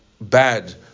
bad